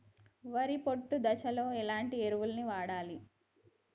వరి పొట్ట దశలో ఎలాంటి ఎరువును వాడాలి?